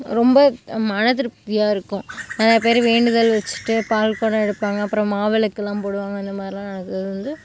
ரொம்ப மன திருப்தியாக இருக்கும் நிறையா பேர் வேண்டுதல் வச்சிவிட்டு பால் குடம் எடுப்பாங்க அப்புறம் மாவிளக்குலாம் போடுவாங்க அந்தமாதிரிலாம் நடக்கிறது வந்து